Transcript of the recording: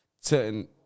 certain